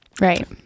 right